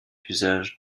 usage